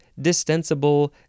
distensible